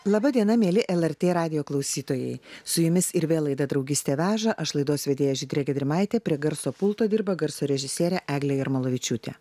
laba diena mieli lrt radijo klausytojai su jumis ir vėl laida draugystė veža aš laidos vedėja žydrė gedrimaitė prie garso pulto dirba garso režisierė eglė jarmalavičiūtė